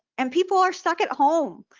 and people are stuck at home.